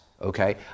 okay